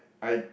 I